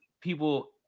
people